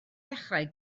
ddechrau